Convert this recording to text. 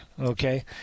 okay